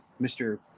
Mr